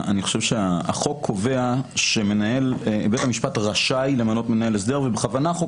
החוק קובע שבית המשפט רשאי למנות מנהל הסדר ובכוונה החוק